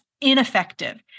ineffective